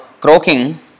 croaking